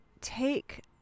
take